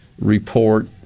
report